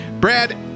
Brad